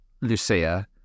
Lucia